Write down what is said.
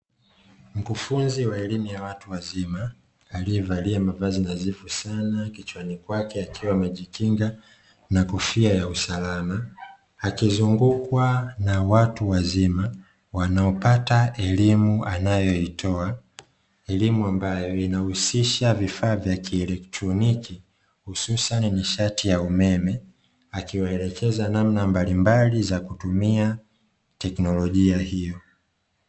Mkufunzi wa elimu ya watu wazima aliyevalia mavazi nadhifu sana kichwani kwake akiwa amejikinga na kofia ya usalama akizungukwa na watu wazima wanaopata elimu anayoitoa elimu ambayo inahusisha vifaa vya kielektroniki hususani nishati ya umeme akiwaelekeza namna mbalimbali za kutumia teknolojia hiyo.